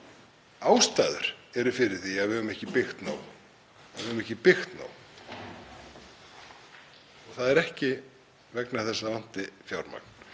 ástæður eru fyrir því að við höfum ekki byggt nóg. Það er ekki vegna þess að það vanti fjármagn.